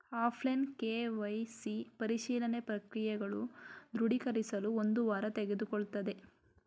offline KYC ಪರಿಶೀಲನೆ ಪ್ರಕ್ರಿಯೆಗಳು ದೃಢೀಕರಿಸಲು ಒಂದು ವಾರ ತೆಗೆದುಕೊಳ್ಳುತ್ತದೆ